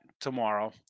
tomorrow